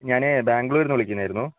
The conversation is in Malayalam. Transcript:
ഞാൻ ബാംഗ്ലൂരിൽ നിന്ന് വിളിക്കുന്നതായിരുന്നു